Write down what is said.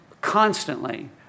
constantly